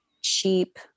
cheap